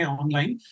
online